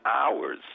hours